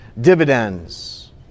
dividends